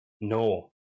no